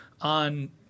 on